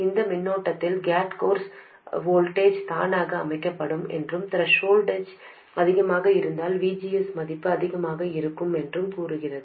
இந்த மின்னோட்டத்தில் gate source voltage தானாக அமைக்கப்படும் என்றும் த்ரெஷோல்ட் வோல்டேஜ் அதிகமாக இருந்தால் VGS மதிப்பு அதிகமாக இருக்கும் என்றும் கூறுகிறது